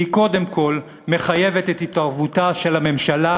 והיא קודם כול מחייבת את התערבותה של הממשלה